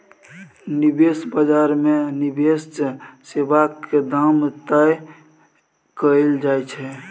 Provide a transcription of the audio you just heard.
निबेश बजार मे निबेश सेबाक दाम तय कएल जाइ छै